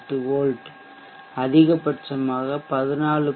8 V அதிகபட்சமாக 14